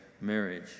marriage